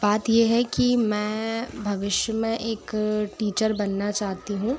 बात ये है कि मैं भविष्य में एक टीचर बनना चाहती हूँ